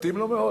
מתאים לו מאוד.